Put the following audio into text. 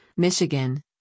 Michigan